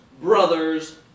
brother's